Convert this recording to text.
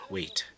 Wait